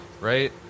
right